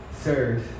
Sirs